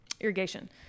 irrigation